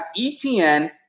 Etn